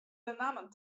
benammen